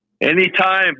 Anytime